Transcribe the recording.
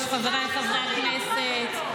חבריי חברי הכנסת,